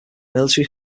military